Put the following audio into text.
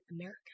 America